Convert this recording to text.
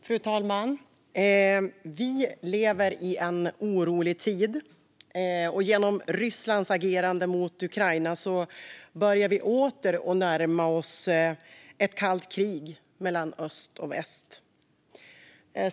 Fru talman! Vi lever i en orolig tid, och genom Rysslands agerande mot Ukraina börjar vi åter närma oss ett kallt krig mellan öst och väst.